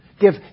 Give